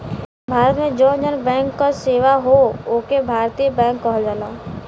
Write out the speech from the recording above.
भारत में जौन जौन बैंक क सेवा हौ ओके भारतीय बैंक कहल जाला